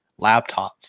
laptops